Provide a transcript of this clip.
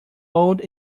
old